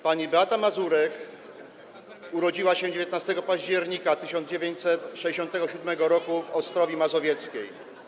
Pani Beata Mazurek urodziła się 19 października 1967 r. w Ostrowi Mazowieckiej.